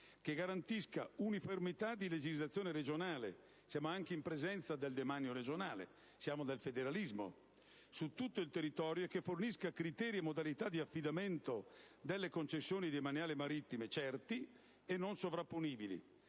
che garantisca uniformità di legislazione regionale - siamo anche in presenza del demanio regionale, del federalismo - su tutto il territorio e che fornisca criteri e modalità di affidamento delle concessioni demaniali marittime certi e non sovrapponibili,